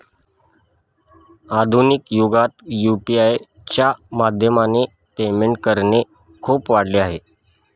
आधुनिक युगात यु.पी.आय च्या माध्यमाने पेमेंट करणे खूप वाढल आहे